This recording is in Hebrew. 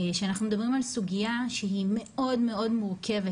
שאנחנו מדברים על סוגיה שהיא מאוד מאוד מורכבת